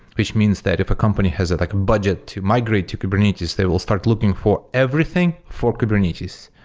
which means that if a company has like a budget to migrate to kubernetes, they will start looking for everything for kubernetes.